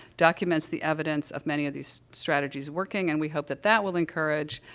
documents the evidence of many of these strategies working, and we hope that that will encourage,